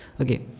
Okay